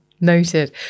Noted